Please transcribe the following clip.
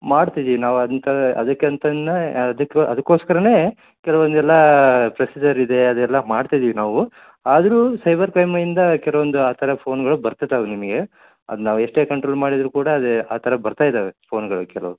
ಮಾಡ್ತಿವಿ ನಾವಿ ಅಂಥ ಅದಕಂತನೆ ಅದಕ್ಕೆ ಅದಕ್ಕೋಸ್ಕರನೆ ಕೆಲವೊಂದೆಲ್ಲ್ ಪ್ರೊಸಿಜರ್ ಇದೆ ಅದೆಲ್ಲ ಮಾಡ್ತಿದಿವಿ ನಾವು ಆದರು ಸೈಬರ್ ಕ್ರೈಮಿಂದ ಕೆಲವೊಂದು ಆ ಥರ ಫೋನ್ಗಳು ಬರ್ತಿತವೆ ನಿಮಗೆ ಅದು ನಾವು ಎಷ್ಟೇ ಕಂಟ್ರೋಲ್ ಮಾಡಿದರು ಕೂಡ ಅದೇ ಆ ಥರ ಬರ್ತಾ ಇದ್ದಾವೆ ಫೋನ್ಗಳು ಕೆಲವು